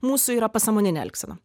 mūsų yra pasąmoninė elgsena